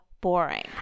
boring